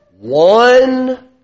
one